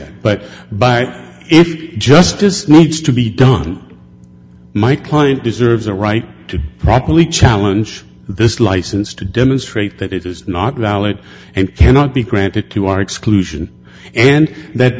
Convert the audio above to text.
that but but if justice needs to be done my client deserves a right to properly challenge this license to demonstrate that it is not reality and cannot be granted to our exclusion and that